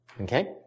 Okay